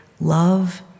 love